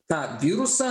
tą virusą